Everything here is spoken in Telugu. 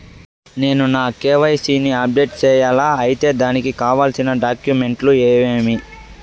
నేను నా కె.వై.సి ని అప్డేట్ సేయాలా? అయితే దానికి కావాల్సిన డాక్యుమెంట్లు ఏమేమీ?